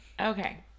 Okay